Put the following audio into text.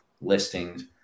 listings